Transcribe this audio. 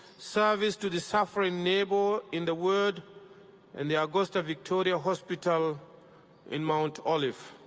service to the suffering neighbor in the word and the augusta victoria hospital in mount olive.